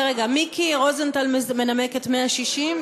מיקי רוזנטל מנמק את 160,